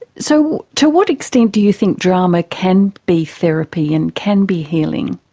so to what extent do you think drama can be therapy and can be healing?